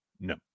No